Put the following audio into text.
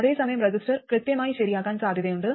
അതേസമയം റെസിസ്റ്റർ കൃത്യമായി ശരിയാക്കാൻ സാധ്യതയുണ്ട്